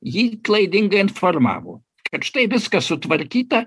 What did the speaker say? jį klaidingai informavo kad štai viskas sutvarkyta